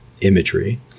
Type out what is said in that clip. imagery